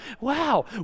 wow